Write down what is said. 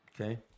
Okay